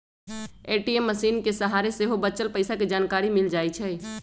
ATM मशीनके सहारे सेहो बच्चल पइसा के जानकारी मिल जाइ छइ